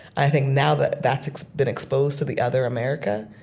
i think now that that's been exposed to the other america,